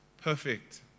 perfect